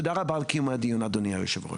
תודה רבה על קיום הדיון אדוני היושב ראש.